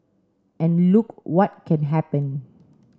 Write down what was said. and look what can happen